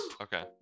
Okay